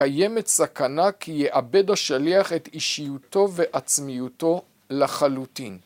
קיימת סכנה כי יאבד השליח את אישיותו ועצמיותו לחלוטין